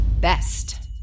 Best